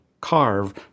carve